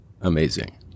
amazing